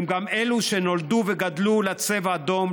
הם גם אלו שנולדו וגדלו לצבע אדום,